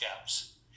gaps